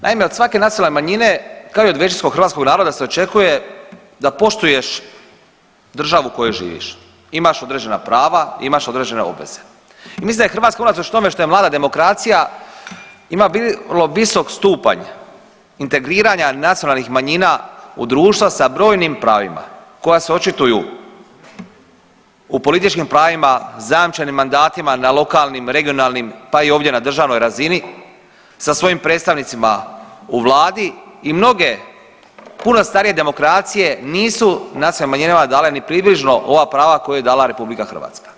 Naime, od svake nacionalne manjine kao i od većinskog hrvatskog naroda se očekuje da poštuješ državu u kojoj živiš, imaš određena prava, imaš određene obveze i mislim da je Hrvatska unatoč tome što je mlada demokracija ima vrlo visok stupanj integriranja nacionalnih manjina u društvo sa brojnim pravima koja se očituju u političkim pravima, zajamčenim mandatima na lokalnim, regionalnim pa i ovdje na državnoj razini sa svojim predstavnicima u vladi i mnoge puno starije demokracije nisu nacionalnim manjinama dale ni približno ova prada koje je dala RH.